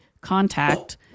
contact